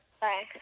Bye